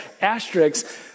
asterisks